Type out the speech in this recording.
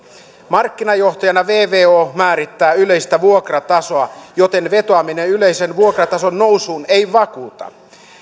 markkinajohtajana vvo määrittää yleistä vuokratasoa joten vetoaminen yleisen vuokratason nousuun ei vakuuta